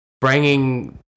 bringing